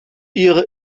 ihre